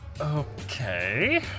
Okay